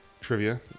trivia